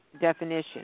definition